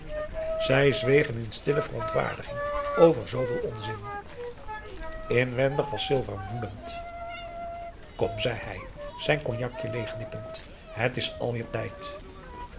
zij zwegen in stille verontwaardiging over zooveel onzin inwendig was silver woedend kom zei hij zijn cognacje leeg nippend het is alweer tijd